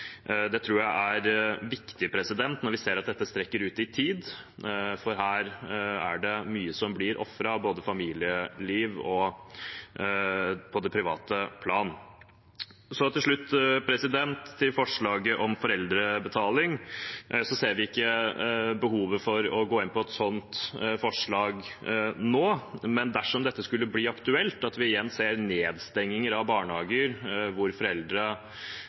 Det tror jeg er viktig når vi ser at det strekker ut i tid, for det er mye som blir ofret, både familieliv og annet på det private plan. Så til slutt til forslaget om foreldrebetaling: Vi ser ikke behovet for å gå inn på et sånt forslag nå, men dersom det skulle bli aktuelt at vi igjen ser nedstengning av barnehager